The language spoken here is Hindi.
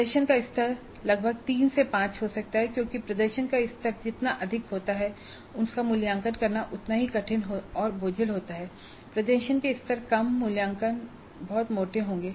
प्रदर्शन का स्तर लगभग 3 से 5 हो सकता है क्योंकि प्रदर्शन का स्तर जितना अधिक होता है उसका मूल्यांकन करना उतना ही कठिन और बोझिल होता है प्रदर्शन के स्तर कम मूल्यांकन बहुत मोटे होंगे